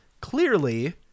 Clearly